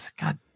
God